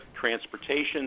transportation